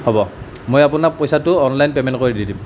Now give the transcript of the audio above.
হ'ব মই আপোনাক পইছাটো অনলাইন পেমেণ্ট কৰি দি দিম